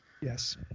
Yes